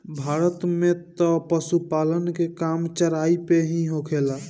भारत में तअ पशुपालन के काम चराई पे ही होखेला